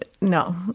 no